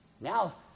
Now